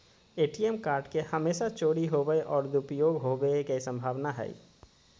ATM card के हमेशा चोरी होवय और दुरुपयोग होवेय के संभावना हइ